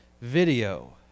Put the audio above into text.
video